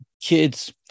kids